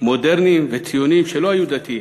מודרניים וציונים שלא היו דתיים.